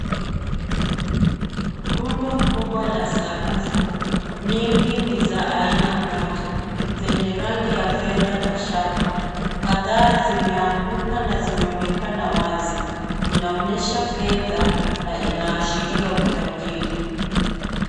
Rundo kubwa la sarafu, nyingi ni za aina moja zenye rangi ya fedha na shaba. Kagaa zimeanguka na zinaonekana wazi, inaonyesha fedha na inaashiria utajiri.